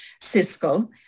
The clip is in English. Cisco